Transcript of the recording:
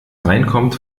reinkommt